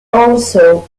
also